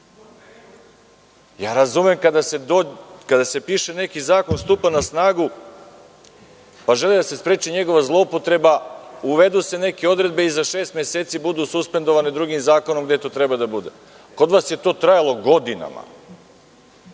Razumem da kada se piše da neki zakon stupa na snagu, pa želi da se spreči njegova zloupotreba, uvedu se neke odredbe i za šest meseci budu suspendovane drugim zakonom u kom to treba da bude. To je kod vas trajalo godinama.